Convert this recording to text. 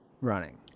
running